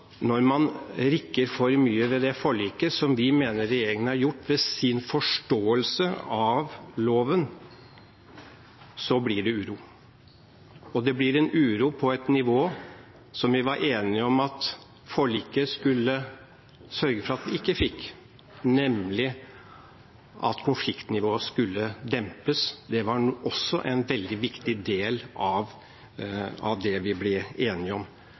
Når man rokker for mye ved det forliket, som vi mener regjeringen har gjort ved sin forståelse av loven, blir det uro. Det blir uro på et nivå som vi var enige om at forliket skulle sørge for at vi ikke fikk, nemlig ved at konfliktnivået skulle dempes. Det var også en veldig viktig del av det vi ble enige om.